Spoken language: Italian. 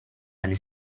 anni